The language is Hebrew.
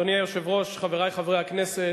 אדוני היושב-ראש, חברי חברי הכנסת,